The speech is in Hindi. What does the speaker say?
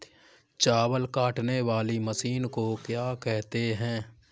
चावल काटने वाली मशीन को क्या कहते हैं?